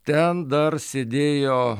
ten dar sėdėjo